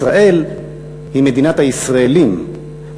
ישראל היא מדינת הישראלים.